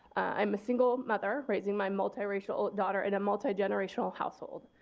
i'm a single mother raising my multiracial daughter in a multi generational household.